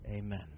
Amen